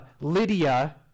Lydia